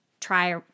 try